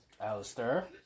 Alistair